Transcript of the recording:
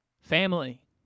Family